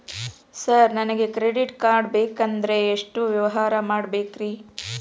Sir ನನಗೆ credit card ಬೇಕಂದ್ರೆ ಎಷ್ಟು ವ್ಯವಹಾರ ಮಾಡಬೇಕ್ರಿ?